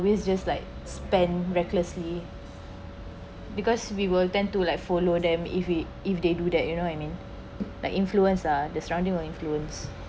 will just like spend recklessly because we will tend to like follow them if it if they do that you know what I mean like influence ah the surrounding will influence